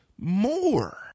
more